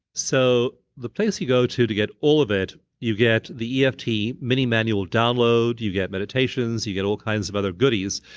so the place you go to, to get all of it, you get the eft mini manual download, you get meditations, you get all kinds of other goodies,